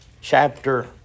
chapter